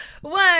One